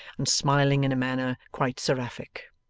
and smiling in a manner quite seraphic.